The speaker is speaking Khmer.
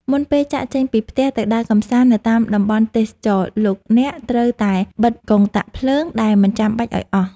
មុនពេលចាកចេញពីផ្ទះទៅដើរកម្សាន្តនៅតាមតំបន់ទេសចរណ៍ លោកអ្នកត្រូវតែបិទកុងតាក់ភ្លើងដែលមិនចាំបាច់ឱ្យអស់។